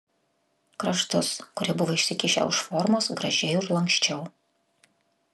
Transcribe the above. kraštus kurie buvo išsikišę už formos gražiai užlanksčiau